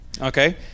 okay